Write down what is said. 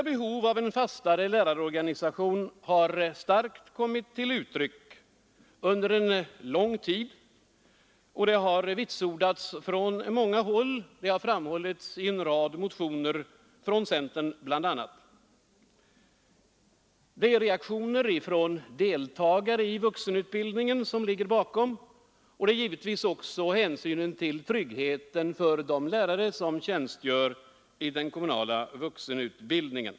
Behovet av en fastare lärarorganisation har kommit till starkt uttryck under lång tid, och det har vitsordats från många håll, exempelvis i en lång rad motioner bl.a. från centern. Det är reaktioner från deltagare i vuxenutbildningen som ligger bakom, liksom givetvis även hänsynen till tryggheten för de lärare som tjänstgör i den kommunala vuxenutbildningen.